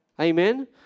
Amen